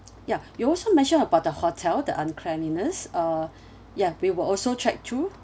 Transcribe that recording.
ya you also mentioned about the hotel the uncleanliness uh ya we will also check through